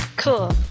cool